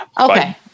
okay